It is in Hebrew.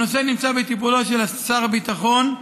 הנושא נמצא בטיפולו של שר הביטחון,